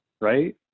right